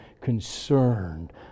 concerned